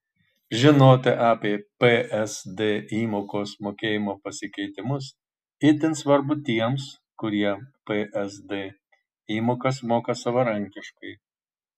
žinoti apie psd įmokos mokėjimo pasikeitimus itin svarbu tiems kurie psd įmokas moka savarankiškai